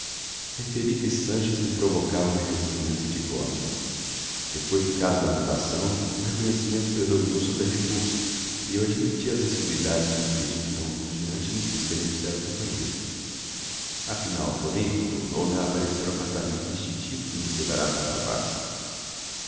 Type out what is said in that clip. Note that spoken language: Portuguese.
referi que sanches me provocava uma repugnância de gosma depois do caso da natação o reconhecimento predominou sobre a repulsa e eu admiti as assiduidades com que de então por diante me quis beneficiar o companheiro afinal porém tornou me a aparecer o afastamento instintivo que me separava do rapaz